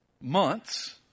months